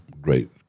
great